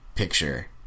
picture